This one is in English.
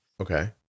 Okay